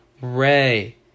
Ray